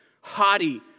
haughty